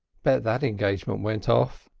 but that engagement went off,